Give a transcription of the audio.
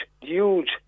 huge